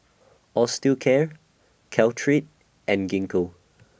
Osteocare Caltrate and Gingko